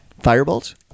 Firebolt